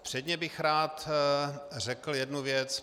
Předně bych rád řekl jednu věc.